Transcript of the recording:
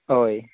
हय